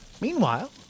Meanwhile